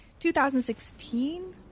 2016